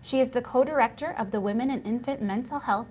she is the co-director of the women and infant mental health